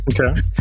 Okay